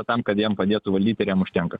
tam kad jam padėtų valdyti ir jam užtenka